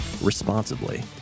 responsibly